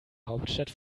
hauptstadt